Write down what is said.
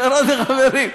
חברות וחברים,